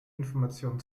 informationen